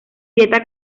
dieta